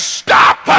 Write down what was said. stop